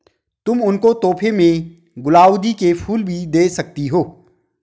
तुम उनको तोहफे में गुलाउदी के फूल भी दे सकती हो